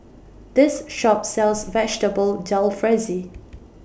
This Shop sells Vegetable Jalfrezi